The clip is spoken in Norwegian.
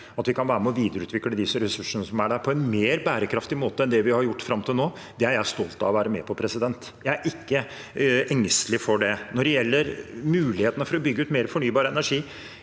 at vi kan være med og videreutvikle de ressursene som er der, på en mer bærekraftig måte enn det vi har gjort fram til nå, er jeg stolt av å være med på. Jeg er ikke engstelig for det. Når det gjelder mulighetene for å bygge ut mer fornybar energi